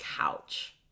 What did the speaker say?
couch